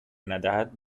ندهد